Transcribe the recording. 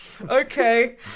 Okay